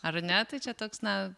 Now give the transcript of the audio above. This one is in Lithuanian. ar ne tai čia toks na